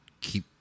keep